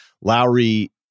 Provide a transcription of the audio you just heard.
Lowry